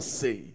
say